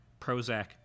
prozac